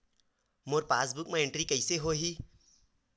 मोर passbook मा entry कइसे होही?